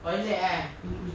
toilet ah